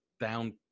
down